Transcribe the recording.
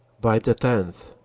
by the tenth,